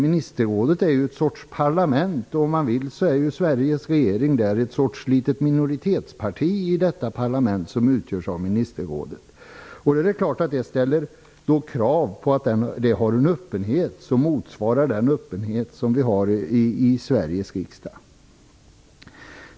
Ministerrådet är ju en sorts parlament, där Sveriges regering kan sägas vara ett litet minoritetsparti. Detta ställer krav på en öppenhet som motsvarar den som vi har i Sveriges riksdag.